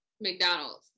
McDonald's